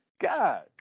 God